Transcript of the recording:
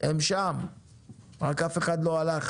הם שם רק אף אחד לא הלך